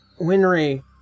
Winry